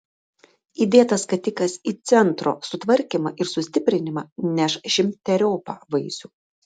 įdėtas skatikas į centro sutvarkymą ir sustiprinimą neš šimteriopą vaisių